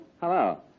Hello